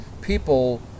people